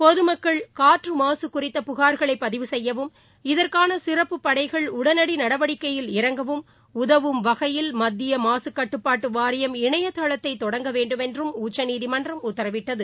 பொதுமக்கள் காற்றுமாசுகுறித்த புகார்களைபதிவு செய்யவும் இதற்கானசிறப்பு படைகள் உடனடிநடவடிக்கையில் இறங்கவும் வகையில் மத்தியமாககட்டுப்பாட்டுவாரியம் உதவும் இணையதளத்தைதொடங்க வேண்டும் என்றும் உச்சநீதிமன்றம் உத்தரவிட்டது